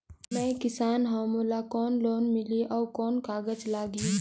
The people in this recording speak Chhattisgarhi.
मैं किसान हव मोला कौन लोन मिलही? अउ कौन कागज लगही?